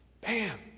bam